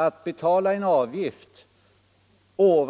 Att betala en avgift på